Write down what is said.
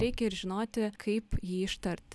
reikia ir žinoti kaip jį ištart